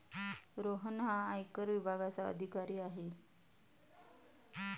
रोहन हा आयकर विभागाचा अधिकारी आहे